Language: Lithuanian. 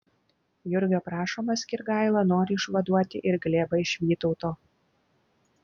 jurgio prašomas skirgaila nori išvaduoti ir glėbą iš vytauto